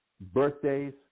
birthdays